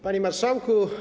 Panie Marszałku!